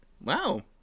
Wow